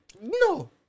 No